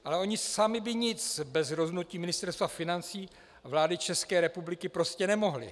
Ale oni sami by nic bez rozhodnutí Ministerstva financí a vlády České republiky prostě nemohli.